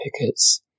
pickets